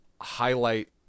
highlight